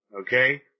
okay